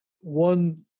one